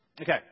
Okay